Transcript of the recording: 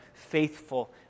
faithful